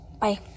Bye